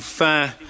fine